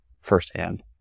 firsthand